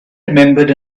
remembered